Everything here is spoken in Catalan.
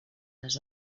les